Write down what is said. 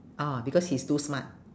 ah because he's too smart